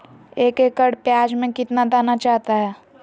एक एकड़ प्याज में कितना दाना चाहता है?